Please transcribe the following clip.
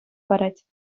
парать